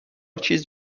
چیز